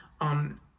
on